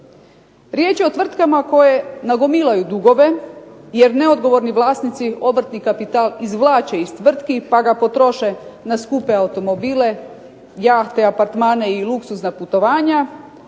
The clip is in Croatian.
Riječ je o tvrtkama koje nagomilaju dugove, jer neodgovorni vlasnici obrtni kapital izvlače iz tvrtki pa ga potroše na skupe automobile, jahte i apartmane i luksuzna putovanja,